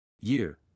Year